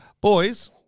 boys